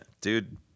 Dude